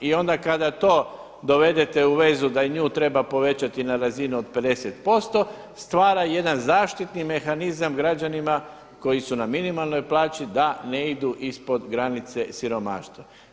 I onda kada to dovedete u vezu da i nju treba povećati na razinu od 50% stvara jedan zaštitni mehanizam građanima koji su na minimalnoj plaći da ne idu ispod granice siromaštva.